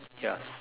ya